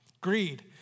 greed